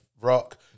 rock